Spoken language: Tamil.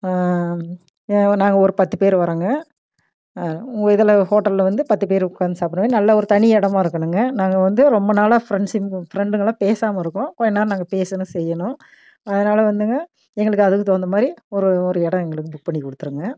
நாங்கள் ஒரு பத்து பேர் வரோங்க உங்கள் இதில் ஹோட்டலில் வந்து பத்து பேர் உட்காந்து சாப்பிட்றமேரி நல்ல ஒரு தனி இடமா இருக்கணுங்க நாங்கள் வந்து ரொம்ப நாளாக ஃப்ரண்ட்ஸு ஃப்ரண்டுங்களெலாம் பேசாமல் இருக்கோம் கொஞ்சம் நேரம் நாங்கள் பேசணும் செய்யணும் அதனால வந்துங்க எங்களுக்கு அதுக்கு தகுந்த மாதிரி ஒரு ஒரு இடம் எங்களுக்கு புக் பண்ணி கொடுத்துருங்க